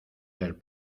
del